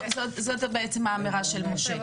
זאת בעצם האמירה של משה,